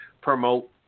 promote